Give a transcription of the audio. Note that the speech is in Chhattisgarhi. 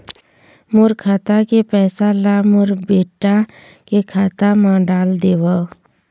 मोर खाता के पैसा ला मोर बेटा के खाता मा डाल देव?